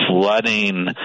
flooding